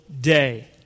day